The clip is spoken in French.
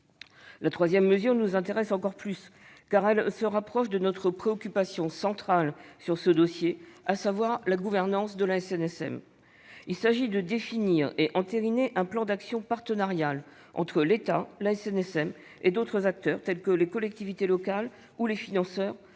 La troisième mesure nous intéresse encore plus, car elle se rapproche de notre préoccupation centrale dans ce dossier, à savoir la gouvernance de la SNSM. Il s'agit de définir et d'entériner un plan d'action partenarial entre l'État, la SNSM et d'autres acteurs, tels que les collectivités locales ou les financeurs